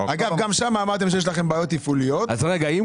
אגב, גם שם אמרתם שיש לכם בעיות תפעוליות ועשיתם.